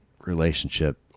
relationship